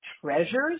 treasures